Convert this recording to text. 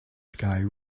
sky